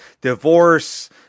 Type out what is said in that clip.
divorce